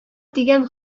тигән